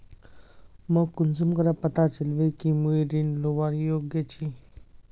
मोक कुंसम करे पता चलबे कि मुई ऋण लुबार योग्य छी?